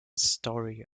story